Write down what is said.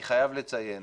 אני חייב לציין,